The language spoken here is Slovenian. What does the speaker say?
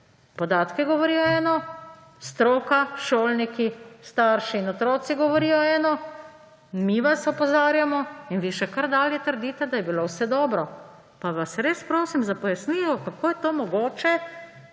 Podatki govorijo eno, stroka, šolniki, starši in otroci govorijo eno, mi vas opozarjamo in vi še kar dalje trdite, da je bilo vse dobro. Pa vas res prosim za pojasnilo, kako je to mogoče,